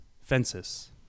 Fences